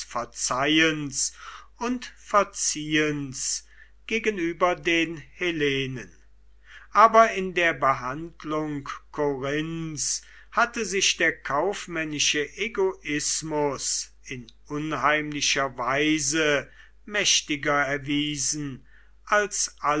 und verziehens gegenüber den hellenen aber in der behandlung korinths hatte sich der kaufmännische egoismus in unheimlicher weise mächtiger erwiesen als